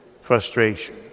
frustration